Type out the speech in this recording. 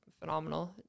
Phenomenal